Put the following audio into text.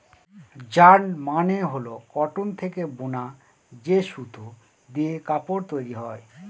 yarn মানে হল cotton থেকে বুনা যে সুতো দিয়ে কাপড় তৈরী হয়